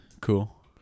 Cool